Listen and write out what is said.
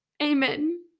Amen